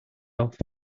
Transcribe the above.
off